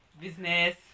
business